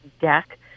deck